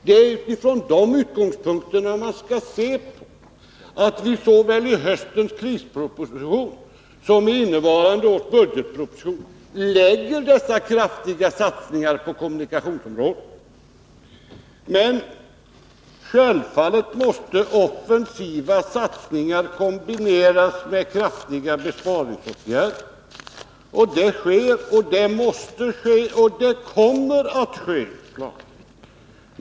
Det är utifrån dessa utgångspunkter man skall förstå varför vi såväl i höstens krisproposition som i innevarande års budgetproposition gjort dessa kraftiga satsningar på kommunikationsområdet. Självfallet måste offensiva satsningar kombineras med kraftiga besparingsåtgärder. Det sker, det måste ske och det kommer att ske.